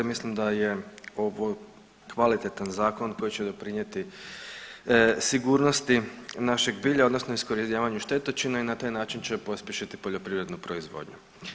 Mislim da je ovo kvalitetan zakon koji će doprinijeti sigurnosti našeg bilja, odnosno iskorjenjivanju štetočina i na taj način će pospješiti poljoprivrednu proizvodnju.